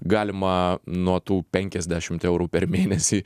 galima nuo tų penkiasdešimt eurų per mėnesį